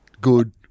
good